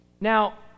Now